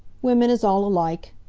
wimmin is all alike.